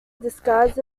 disguised